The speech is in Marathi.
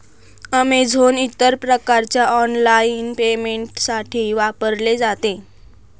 अमेझोन इतर प्रकारच्या ऑनलाइन पेमेंटसाठी वापरले जाते